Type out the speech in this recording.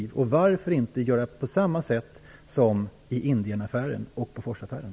Varför inte göra på samma sätt som i Boforsaffären?